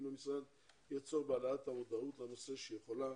שיהיה צורך בהעלאת המודעות לנושא שיכולה